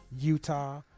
Utah